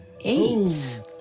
Eight